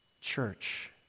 church